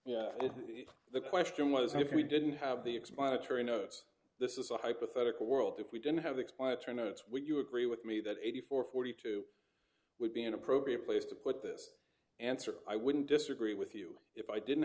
yeah the question was if we didn't have the explanatory notes this is a hypothetical world if we didn't have explanatory minutes when you agree with me that eighty four forty two would be an appropriate place to put this answer i wouldn't disagree with you if i didn't